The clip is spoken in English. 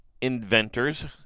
inventors